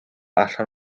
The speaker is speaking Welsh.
allan